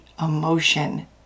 emotion